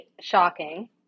shocking